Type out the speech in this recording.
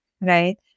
right